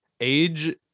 age